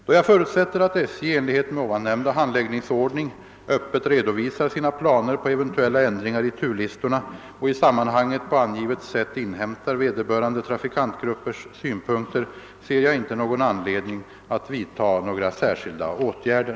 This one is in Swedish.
Då jag förutsätter att SJ i enlighet med ovannämnda handläggningsordning öppet redovisar sina planer på eventuella ändringar i turlistorna och i sammanhanget på angivet sätt inhämtar vederbörande trafikantgruppers synpunkter, ser jag inte någon anledning att vidta några särskilda åtgärder.